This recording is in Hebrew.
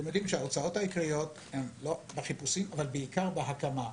אתם יודעים שההוצאות העיקריות הן לא בחיפושים אלא בעיקר בהקמה.